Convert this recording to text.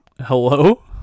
Hello